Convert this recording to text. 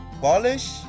Polish